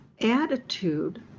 attitude